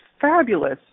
fabulous